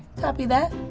copy that,